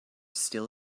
still